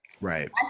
Right